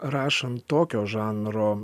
rašant tokio žanro